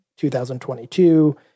2022